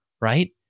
right